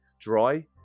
dry